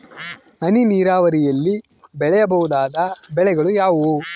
ಹನಿ ನೇರಾವರಿಯಲ್ಲಿ ಬೆಳೆಯಬಹುದಾದ ಬೆಳೆಗಳು ಯಾವುವು?